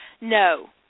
No